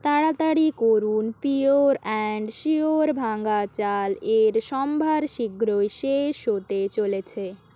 তাড়াতাড়ি করুন pure and sure ভাঙা চাল এর সম্ভার শীঘ্রই শেষ হতে চলেছে